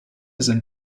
sind